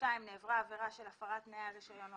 (2)נעברה עבירה של הפרת תנאי הרישיון או